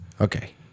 Okay